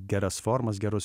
geras formas gerus